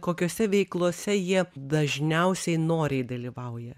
kokiose veiklose jie dažniausiai noriai dalyvauja